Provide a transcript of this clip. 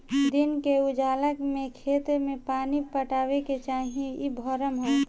दिन के उजाला में खेत में पानी पटावे के चाही इ भ्रम ह